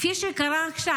כפי שקרה עכשיו?